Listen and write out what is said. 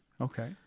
Okay